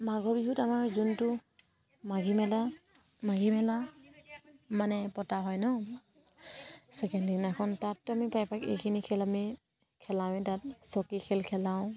মাঘৰ বিহুত আমাৰ যোনটো মাঘী মেলা মাঘী মেলা মানে পতা হয় ন ছেকেণ্ড দিনাখন তাততো আমি পায় পাই এইখিনি খেল আমি খেলাওঁৱে তাত চকী খেল খেলাওঁ